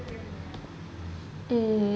uh